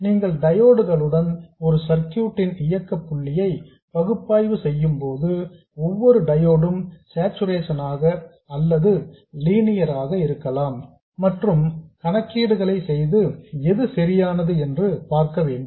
நீங்கள் டயோட் களுடன் ஒரு சர்க்யூட் ன் இயக்க புள்ளியை பகுப்பாய்வு செய்யும்போது ஒவ்வொரு டயோடும் சார்ச்சுரேசன் ஆக அல்லது லீனியர் ஆக இருக்கலாம் மற்றும் கணக்கீடுகளை செய்து எது சரியானது என்று பார்க்க வேண்டும்